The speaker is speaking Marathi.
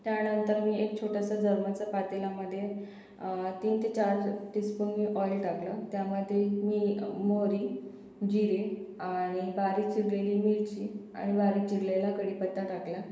त्यानंतर मी एक छोटंसं जर्मनचं पातेल्यामध्ये तीन ते चार ज टीस्पून मी ऑइल टाकलं त्यामध्ये मी मोहरी जिरे आणि बारीक चिरलेली मिरची आणि बारीक चिरलेला कढीपत्ता टाकला